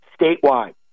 statewide